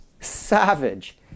Savage